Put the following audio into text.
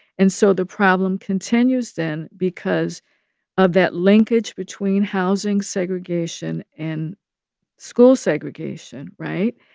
and so the problem continues, then, because of that linkage between housing segregation and school segregation. right?